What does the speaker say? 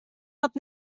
hat